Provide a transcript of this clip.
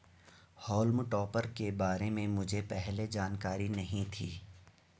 हॉल्म topper के बारे में मुझे पहले जानकारी नहीं थी